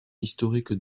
historiques